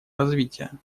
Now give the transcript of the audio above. развития